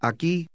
Aquí